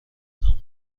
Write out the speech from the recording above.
تموم